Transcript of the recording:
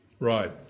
Right